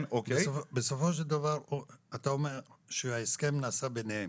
בסופו של דבר אתה אומר שההסכם נעשה ביניהם.